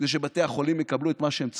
כדי שבתי החולים יקבלו את מה שהם צריכים,